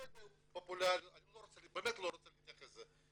אני לא רוצה להתייחס לזה,